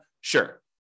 Sure